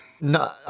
No